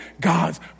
God's